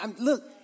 Look